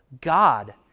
God